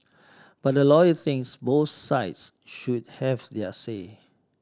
but a lawyer thinks both sides should have their say